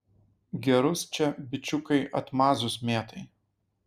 gerus čia bičiukai atmazus mėtai